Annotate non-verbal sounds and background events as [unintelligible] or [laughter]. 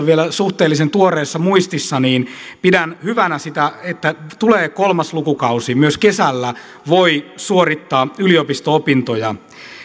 [unintelligible] vielä suhteellisen tuoreessa muistissa pidän hyvänä sitä että tulee kolmas lukukausi myös kesällä voi suorittaa yliopisto opintoja